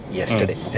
yesterday